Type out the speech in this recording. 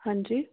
हां जी